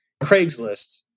Craigslist